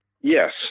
Yes